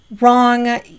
wrong